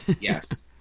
Yes